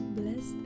bless